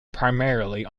primarily